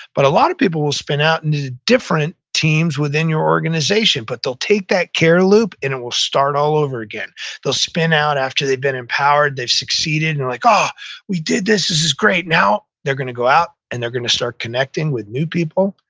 but a lot of people will spin out and into different teams within your organization, but they'll take that care loop and it will start all over again they'll spin out after they've been empowered, they've succeeded, they're and like, um ah we did this is is great. now, they're going to go out, and they're going to start connecting with new people,